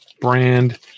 brand